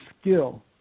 skill